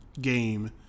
game